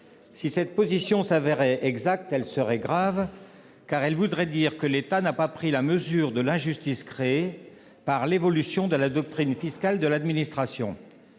Si cette position se révélait exacte, elle serait grave, car elle voudrait dire que l'État n'a pas pris la mesure de l'injustice créée par l'évolution de la doctrine fiscale de l'administration.